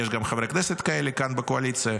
יש גם חברי כנסת כאלה כאן בקואליציה,